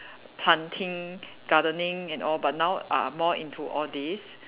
planting gardening and all but now are more into all these